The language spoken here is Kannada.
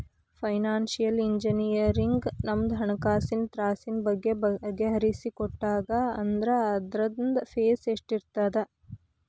ಫೈನಾನ್ಸಿಯಲ್ ಇಂಜಿನಿಯರಗ ನಮ್ಹಣ್ಕಾಸಿನ್ ತ್ರಾಸಿನ್ ಬಗ್ಗೆ ಬಗಿಹರಿಸಿಕೊಟ್ಟಾ ಅಂದ್ರ ಅದ್ರ್ದ್ ಫೇಸ್ ಎಷ್ಟಿರ್ತದ?